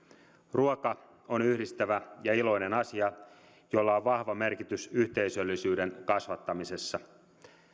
ruoka on yhdistävä ja iloinen asia jolla on vahva merkitys yhteisöllisyyden kasvattamisessa